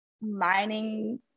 mining